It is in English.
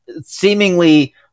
seemingly